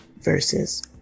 verses